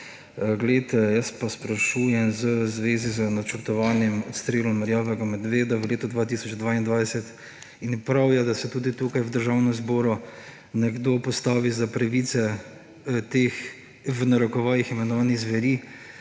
Poglejte, sprašujem v zvezi z načrtovanjem odstrela rjavega medveda v letu 2022 in prav je, da se tudi v Državnem zboru nekdo postavi za pravice teh, v narekovajih imenovanih, zveri.